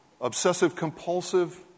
obsessive-compulsive